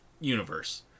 universe